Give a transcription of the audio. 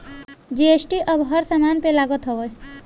GST अब हर समान पे लागत हवे